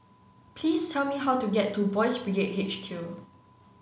please tell me how to get to Boys' Brigade H Q